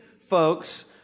folks